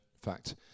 fact